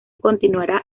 continuará